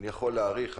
אני יכול להעריך,